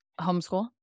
homeschool